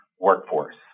workforce